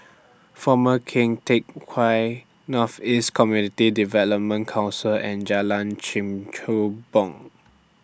Former Keng Teck Whay North East Community Development Council and Jalan Kechubong